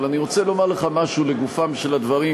אבל אני רוצה לומר לך משהו לגופם של הדברים,